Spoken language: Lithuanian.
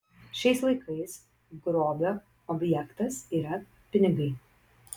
šiais laikais grobio objektas yra pinigai